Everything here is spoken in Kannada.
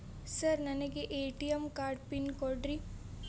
ಸರ್ ನನಗೆ ಎ.ಟಿ.ಎಂ ಕಾರ್ಡ್ ಪಿನ್ ಕೊಡ್ರಿ?